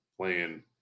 Playing